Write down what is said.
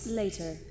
later